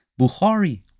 Bukhari